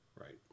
Right